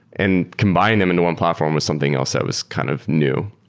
and combine them into one platform with something else that was kind of new.